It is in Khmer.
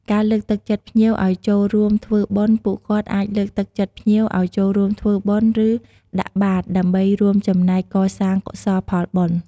ការចាត់ចែងអីវ៉ាន់ បើសិនជាភ្ញៀវមានអីវ៉ាន់ច្រើន ពួកគាត់អាចជួយចាត់ចែង ឬរក្សាទុកឲ្យបានត្រឹមត្រូវ។